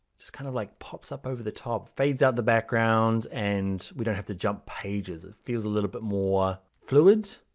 just kind of like pops up over the top, fades out the background. and we don't have to jump pages, it feels a little bit more fluid.